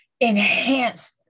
enhance